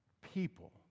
people